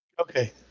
Okay